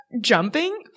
jumping